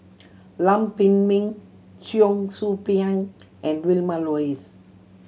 Lam Pin Min Cheong Soo Pieng and Vilma Laus